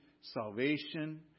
salvation